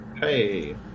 Hey